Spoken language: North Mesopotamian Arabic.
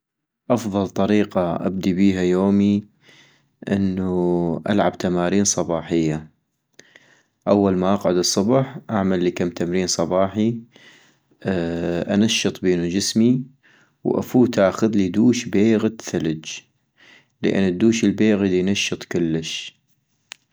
أفضل طريقة ابدي بيها يومي انو ألعب تمارين صباحية - أول ما اقعد الصبح اعملي كم تمرين صباحي ، انشط بينو جسمي - وافوت اخذلي دوش بيغد ثلج ،لان الدوش البيغد ينشط كلش